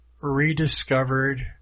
rediscovered